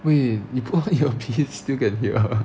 wait 你 put on earpiece still can hear